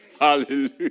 Hallelujah